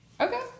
Okay